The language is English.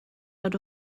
out